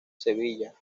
sevilla